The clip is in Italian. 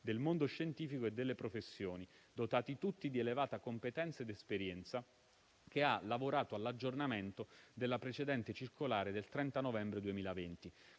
del mondo scientifico e delle professioni, dotati tutti di elevata competenza ed esperienza, che ha lavorato all'aggiornamento della precedente circolare del 30 novembre 2020,